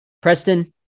Preston